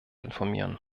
informieren